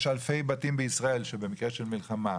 יש אלפי בתים בישראל שבמקרה של מלחמה,